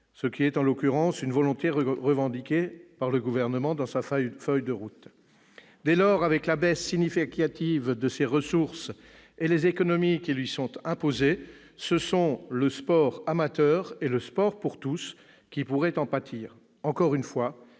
qui est en l'occurrence une volonté revendiquée par le Gouvernement dans sa feuille de route. Dès lors, avec la baisse significative de ses ressources et les économies qui lui sont imposées, ce sont le sport amateur et le sport pour tous qui pourraient en pâtir. Encore une fois,